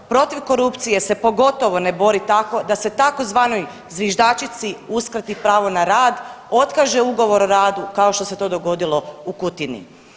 Protiv korupcije se pogotovo ne bori tako da se tzv. zviždačici uskrati pravo na rad, otkaže Ugovor o radu kao što se to dogodilo u Kutini.